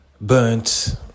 burnt